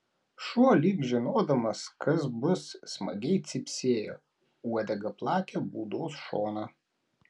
šuo lyg žinodamas kas bus smagiai cypsėjo uodega plakė būdos šoną